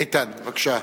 איתן, בבקשה.